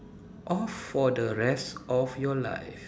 off for the rest of your life